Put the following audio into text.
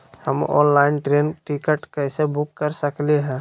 हम online train ticket कैसे book कर सकली हई?